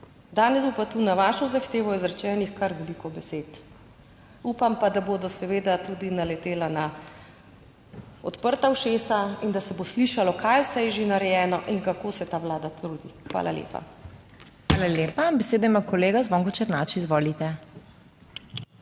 danes bo pa tu na vašo zahtevo izrečenih kar veliko besed. Upam pa, da bodo seveda tudi naletela na odprta ušesa in da se bo slišalo, kaj vse je že narejeno in kako se ta Vlada trudi. Hvala lepa. PODPREDSEDNICA MAG. MEIRA HOT: Hvala lepa. Besedo ima kolega Zvonko Černač, izvolite.